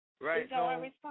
Right